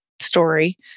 story